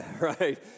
Right